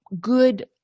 good